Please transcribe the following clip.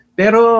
pero